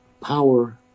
power